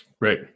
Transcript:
Right